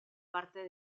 parte